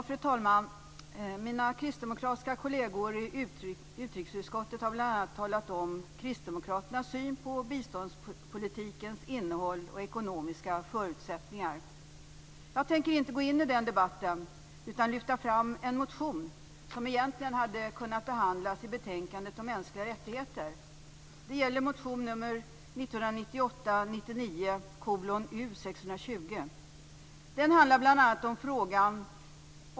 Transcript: Fru talman! Mina kristdemokratiska kolleger i utrikesutskottet har bl.a. talat om kristdemokraternas syn på biståndspolitikens innehåll och ekonomiska förutsättningar. Jag tänker inte gå in i den debatten utan lyfta fram en motion som egentligen hade kunnat behandlas i betänkandet om mänskliga rättigheter.